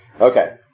Okay